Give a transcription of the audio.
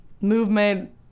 movement